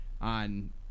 on